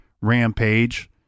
rampage